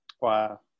Wow